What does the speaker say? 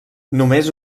només